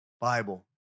Bible